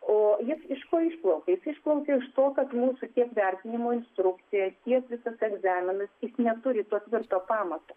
o jis iš ko išplaukia jis išplaukia iš to kad mūsų tiek vertinimo instrukcija tiek visas egzaminas jis neturi to tvirto pamato